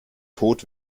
tod